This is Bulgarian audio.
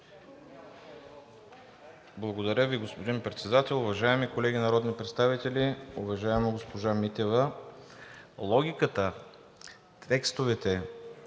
Благодаря Ви, господин Председател. Уважаеми колеги народни представители! Уважаема госпожо Митева, логиката текстовете,